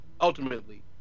ultimately